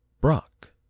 Brock